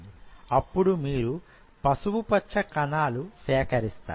అప్పుడు మీరు పసుపు పచ్చ కణాలు సేకరిస్తారు